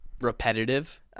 repetitive